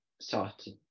started